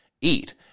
eat